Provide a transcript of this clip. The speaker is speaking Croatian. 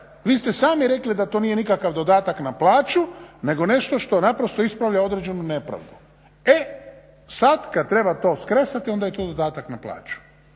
vi ste sami rekli da to nije nikakav dodatak na plaću, nego nešto što naprosto ispravlja određenu nepravdu. E sad kad treba to skresati, onda je to dodatak na plaću.